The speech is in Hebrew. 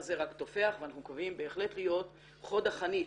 הזה רק תופח ואנחנו מקווים בהחלט להיות חוד החנית